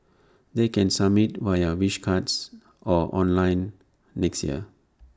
they can submit via wish cards or online next year